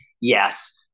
Yes